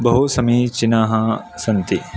बहु समीचीनाः सन्ति